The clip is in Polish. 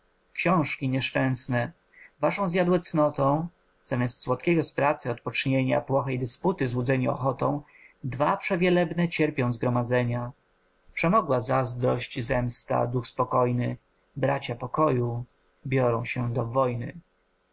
xiążki nieszczęsne waszą zjadłe cnotą zamiast słodkiego z pracy odpocznienia płochej dysputy złudzeni ochotą dwa przewielebne cierpią zgromadzenia przemogła zazdrość zemsta duch spokojny bracia pokoju biorą się do wojny